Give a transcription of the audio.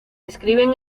escriben